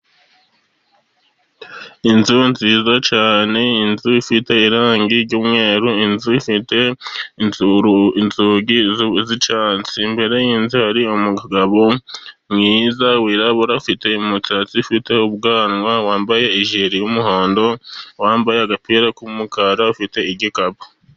Inzu nziza cyane, inzu ifite irangi ry'umweru. Inzu ifite inzugi z'icyatsi, imbere y'inzu hari umugabo mwiza wirabura, ufite umusatsi, ufite ubwanwa, wambaye ijiri y'umuhondo, wambaye agapira k'umukara, ufite igikapu.